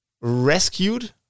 rescued